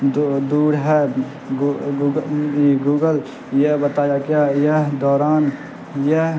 دوڑ ہے گوگل یہ بتایا کیا یہ دوران یہ